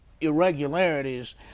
irregularities